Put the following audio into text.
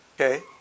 okay